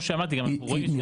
מה פסול בזה?